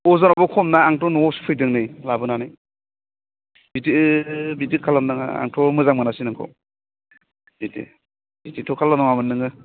अजनाबो खमना आंथ' न'आव सुफैदों नै लाबोनानै इदि बिदि खालाम नाङा आंथ' मोजां मोनासै नोंखौ इदि इदिथ' खालाम नाङामोन नोङो